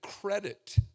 credit